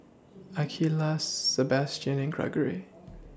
Akeelah Sabastian and Greggory